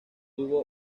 tuvo